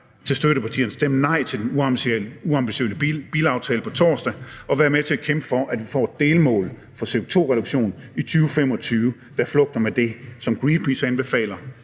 til støttepartierne er: Stem nej til den uambitiøse bilaftale på torsdag, og vær med til at kæmpe for, at vi får et delmål for CO2-reduktion i 2025, der flugter med det, som Greenpeace anbefaler,